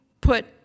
put